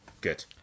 good